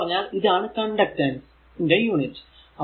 ചുരുക്കി പറഞ്ഞാൽ ഇതാണ് കണ്ടക്ടൻസ് ന്റെ യൂണിറ്റ്